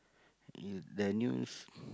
the news